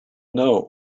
know